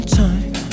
time